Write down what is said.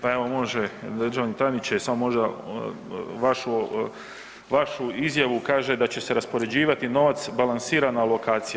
Pa evo može državni tajniče, samo možda vašu izjavu, kaže da će se raspoređivati novac balansirana alokacija.